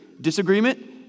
Disagreement